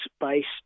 based